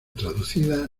traducida